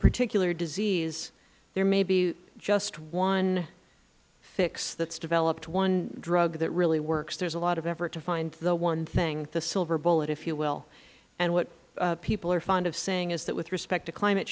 particular disease there may be just one fix that is developed one drug that really works there is a lot of effort to find the one thing the silver bullet if you will and what people are fond of saying is that with respect to climate